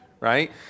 right